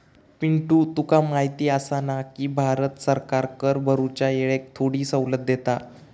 पिंटू तुका माहिती आसा ना, की भारत सरकार कर भरूच्या येळेक थोडी सवलत देता